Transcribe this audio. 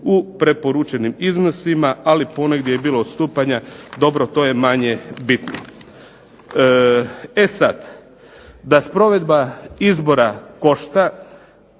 u preporučenim iznosima ali ponegdje je bilo odstupanja". To je manje bitno. E sada, da sprovedba izbora košta